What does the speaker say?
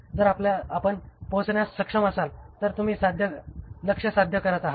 जर आपण पोहोचण्यास सक्षम असाल तर तुम्ही लक्ष्य साधत आहात